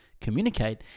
communicate